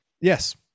yes